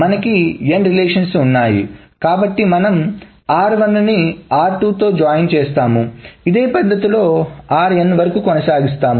మనకి n relations ఉన్నాయి కాబట్టి మనం r1 ని r2 తో జాయిన్ చేస్తాము ఇదే పద్ధతిలో rn వరకు కొనసాగిస్తాం